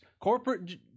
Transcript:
corporate